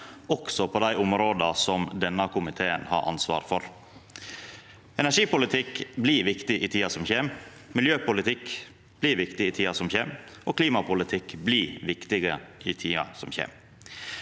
også på dei områda som denne komiteen har ansvar for. Energipolitikk blir viktig i tida som kjem, miljøpolitikk blir viktig i tida som kjem, og klimapolitikk blir viktig i tida som kjem.